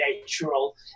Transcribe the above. natural